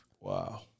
Wow